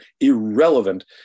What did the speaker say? irrelevant